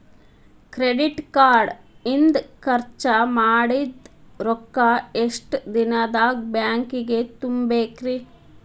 Credit card ಇಂದ್ ಖರ್ಚ್ ಮಾಡಿದ್ ರೊಕ್ಕಾ ಎಷ್ಟ ದಿನದಾಗ್ ಬ್ಯಾಂಕಿಗೆ ತುಂಬೇಕ್ರಿ?